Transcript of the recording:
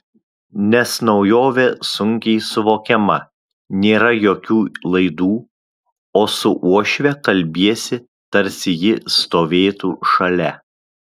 nes naujovė sunkiai suvokiama nėra jokių laidų o su uošve kalbiesi tarsi ji stovėtų šalia